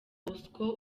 bosco